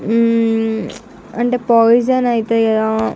అంటే పాయిజన్ అవుతుంది కదా